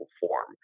form